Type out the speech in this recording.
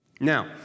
Now